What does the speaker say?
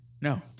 No